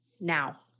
Now